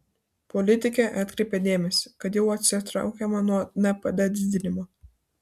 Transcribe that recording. politikė atkreipė dėmesį kad jau atsitraukiama nuo npd didinimo